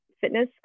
fitness